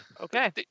Okay